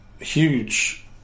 Huge